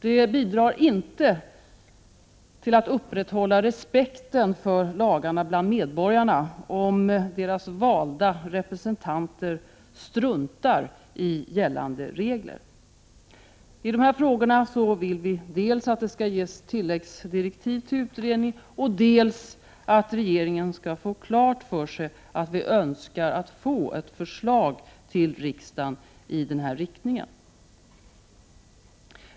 Det bidrar inte till att upprätthålla respekten för lagarna bland medborgarna, om deras valda representanter struntar i gällande regler. I de här frågorna vill vi dels att det skall ges tilläggsdirektiv till utredningen, dels att regeringen skall få klart för sig att vi önskar att få ett förslag till riksdagen i den här riktningen.